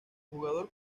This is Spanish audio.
jugador